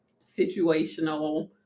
situational